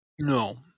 No